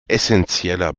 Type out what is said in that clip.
essenzieller